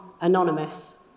anonymous